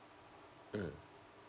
mm